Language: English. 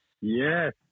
Yes